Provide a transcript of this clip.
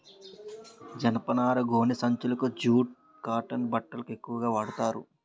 జనపనార గోనె సంచులకు జూట్ కాటన్ బట్టలకు ఎక్కువుగా వాడతారు